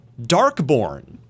Darkborn